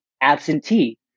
absentee